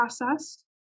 processed